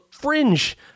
fringe